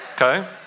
okay